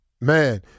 Man